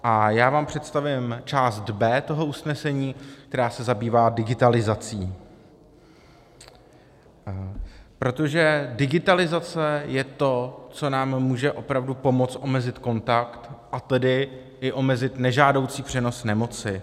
A já vám představím část B toho usnesení, která se zabývá digitalizací, protože digitalizace je to, co nám může opravdu pomoct omezit kontakt, a tedy omezit i nežádoucí přenos nemoci.